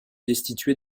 destitué